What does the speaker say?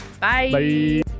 Bye